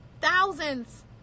Thousands